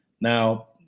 Now